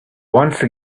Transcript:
once